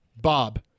Bob